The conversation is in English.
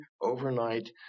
overnight